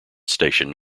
station